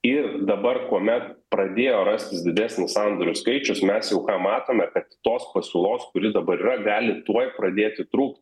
ir dabar kuomet pradėjo rastis didesnis sandorių skaičius mes jau ką matome kad tos pasiūlos kuri dabar yra gali tuoj pradėti trūkt